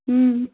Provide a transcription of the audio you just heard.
اۭں